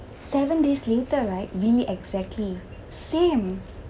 seven days later right really exactly same